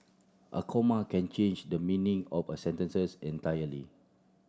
a comma can change the meaning of a sentence entirely